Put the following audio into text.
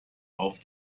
auf